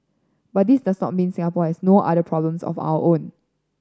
but this does not mean Singapore has no other problems of our own